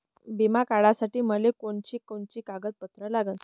बिमा काढासाठी मले कोनची कोनची कागदपत्र लागन?